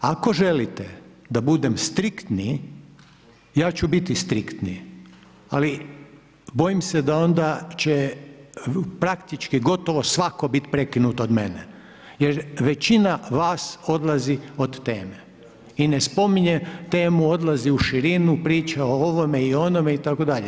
Ako želite da budem striktniji, ja ću biti striktniji, ali bojim se da onda će praktički gotovo svako biti prekinut od mene jer većina vas odlazi od teme i ne spominje u temu, odlazi u širinu, priča o ovome i onome itd.